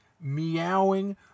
meowing